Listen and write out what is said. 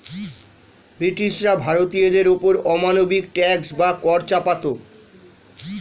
ব্রিটিশরা ভারতীয়দের ওপর অমানবিক ট্যাক্স বা কর চাপাতো